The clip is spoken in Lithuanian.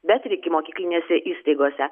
bet ir ikimokyklinėse įstaigose